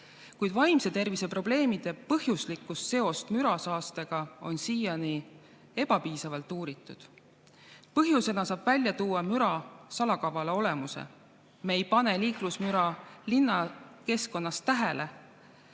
kuid vaimse tervise probleemide põhjuslikku seost mürasaastega on siiani ebapiisavalt uuritud. Põhjusena saab välja tuua müra salakavala olemuse. Me ei pane liiklusmüra linnakeskkonnas tähele.